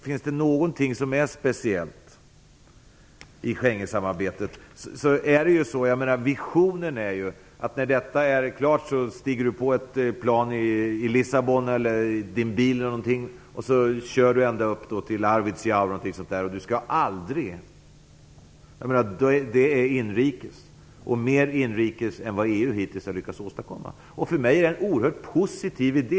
Finns det någonting som är speciellt i Schengensamarbete så är det detta. Visionen är ju att man när detta är genomfört skall kunna starta sin bil eller stiga på ett plan i Lissabon och åka ända upp till Arvidsjaur på samma sätt som när man nu gör en inrikes resa; det skall vara mera "inrikes" än EU hittills har lyckats åstadkomma. För mig är detta en oerhört positiv idé.